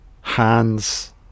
Hands